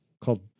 called